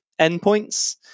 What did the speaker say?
endpoints